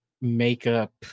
makeup